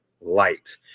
light